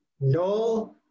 no